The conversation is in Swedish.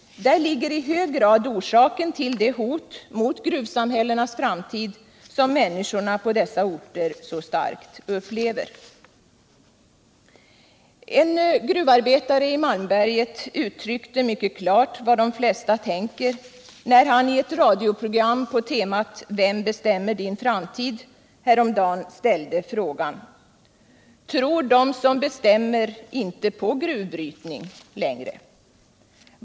Där ligger i hög grad orsaken till det hot mot gruvsamhällenas framtid som människorna på dessa orter så starkt upplever. En gruvarbetare i Malmberget uttryckte mycket klart vad de flesta tänker när han i ett radioprogram på temat ”Vem bestämmer din framtid?” häromdagen ställde frågan: Tror de som bestämmer inte på gruvbrytning längre?